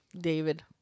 David